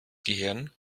gehirn